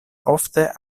ofte